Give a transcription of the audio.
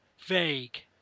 vague